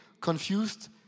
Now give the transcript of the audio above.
confused